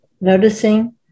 Noticing